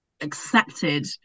accepted